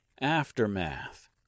Aftermath